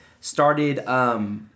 started –